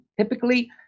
typically